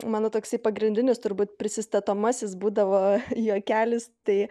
mano toksai pagrindinis turbūt prisistatomasis būdavo juokelis tai